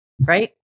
Right